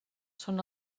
són